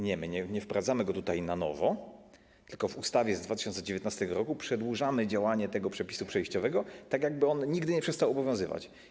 Nie, my nie wprowadzamy go tutaj na nowo, tylko w ustawie z 2019 r. przedłużamy działanie tego przepisu przejściowego, tak jakby on nigdy nie przestał obowiązywać.